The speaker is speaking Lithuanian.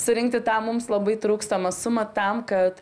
surinkti tą mums labai trūkstamą sumą tam kad